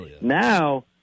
Now